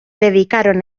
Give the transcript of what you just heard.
dedicaron